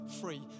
free